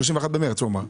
31 במרץ, הוא אמר.